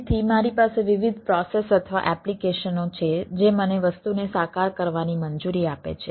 તેથી મારી પાસે વિવિધ પ્રોસેસ અથવા એપ્લિકેશનો છે જે મને વસ્તુને સાકાર કરવાની મંજૂરી આપે છે